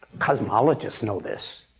cosmologists know this.